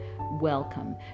welcome